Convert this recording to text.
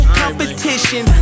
competition